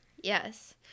Yes